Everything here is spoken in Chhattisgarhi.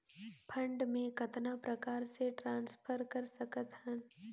फंड मे कतना प्रकार से ट्रांसफर कर सकत हन?